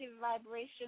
vibration